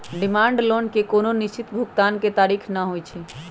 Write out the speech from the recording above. demand loan के कोनो निश्चित भुगतान के तारिख न होइ छइ